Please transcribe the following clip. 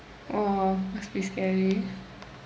oh must be scary